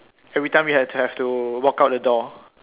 every time you had to have to walk out the door